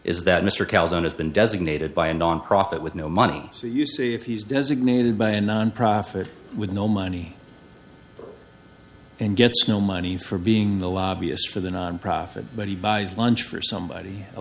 is that mr calderon has been designated by and on profit with no money so you see if he's designated by a nonprofit with no money and gets no money for being the lobbyist for the nonprofit but he buys lunch for somebody